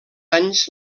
anys